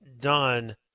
done